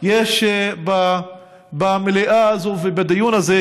יש במליאה הזאת ובדיון הזה,